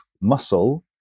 muscle